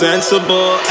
Sensible